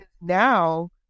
Now